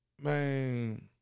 man